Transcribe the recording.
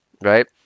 right